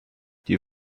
die